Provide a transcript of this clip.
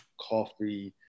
coffee